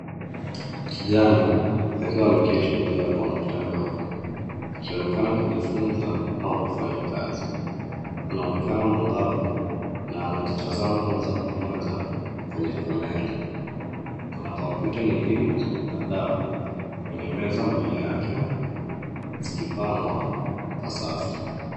Kijana akiwa ameketi mbele ya kompyuta ndogo akionekana kujifunza au kufanya kazi. Anaonekana mwangavu na anajitazama moja kwa moja kwenye kamera. Kuna kompyuta nyingine kadhaa kwenye meza mbele yake zikipangwa kwa safu.